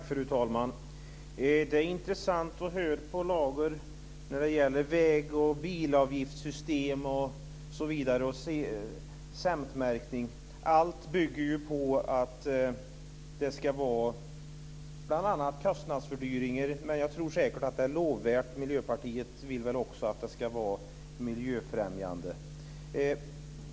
Fru talman! Det är intressant att höra på Lager när det gäller väg och bilavgiftssystem, CEMT märkning osv. Allt bygger ju på att det ska vara kostnadsfördyringar. Men jag tror säkert att det är lovvärt. Miljöpartiet vill väl också att det ska vara miljöfrämjande.